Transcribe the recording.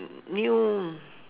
new